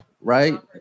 right